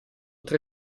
tre